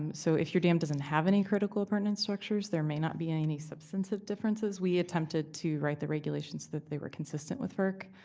so if your dam doesn't have any critical appurtenance structures, there may not be any substantive differences. we attempted to write the regulations that they were consistent with ferc.